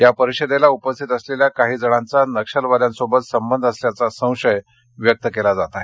या परिषदेस उपस्थित असलेल्या काही जणांचा नक्षलवाद्याशी संबंध असल्याचा संशय व्यक्त केला जात आहे